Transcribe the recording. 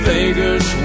Vegas